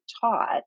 taught